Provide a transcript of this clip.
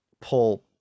Paul